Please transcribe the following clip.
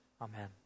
Amen